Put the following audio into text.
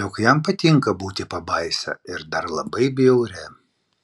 jog jam patinka būti pabaisa ir dar labai bjauria